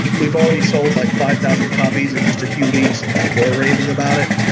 we've already sold like five thousand copies in just a few weeks and people are raving about it.